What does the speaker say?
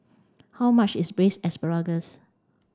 how much is Braised Asparagus